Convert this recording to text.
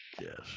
yes